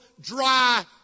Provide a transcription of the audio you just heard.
dry